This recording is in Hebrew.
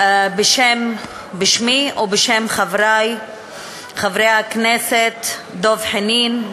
בשמי ובשם חברי חברי הכנסת דב חנין,